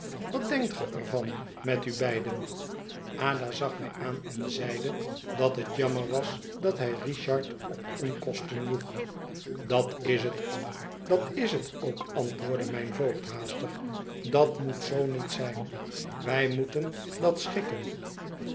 wat denkt gij er van met u beiden ada zag mij aan en zeide dat het jammer was dat hij richard op onkosten joeg dat is het ook dat is het ook antwoordde mijn voogd haastig dat moet zoo niet zijn wij moeten dat schikken